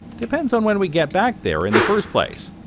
depends on when we get back there in the first place.